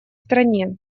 стране